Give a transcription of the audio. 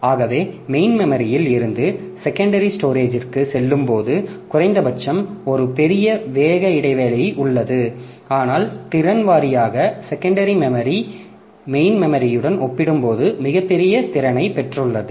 ஆகவே மெயின் மெமரியில் இருந்து செகண்டரி ஸ்டோரேஜ்ற்குச் செல்லும்போது குறைந்தபட்சம் ஒரு பெரிய வேக இடைவெளி உள்ளது ஆனால் திறன் வாரியான செகண்டரி மெமரி மெயின் மெமரியுடன் ஒப்பிடும்போது மிகப் பெரிய திறனைப் பெற்றுள்ளது